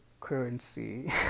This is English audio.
currency